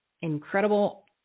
incredible